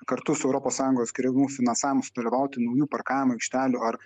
kartu su europos sąjungos skiriamu finansavimu sudalyvauti naujų parkavimo aikštelių ar